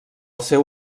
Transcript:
seu